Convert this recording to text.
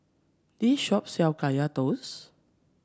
this shop sells Kaya Toast